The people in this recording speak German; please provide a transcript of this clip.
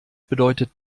bedeutet